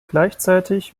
gleichzeitig